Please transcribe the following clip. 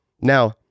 Now